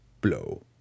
blow